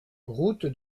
route